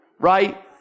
right